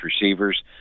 receivers